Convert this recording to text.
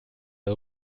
der